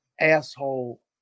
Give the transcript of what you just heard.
asshole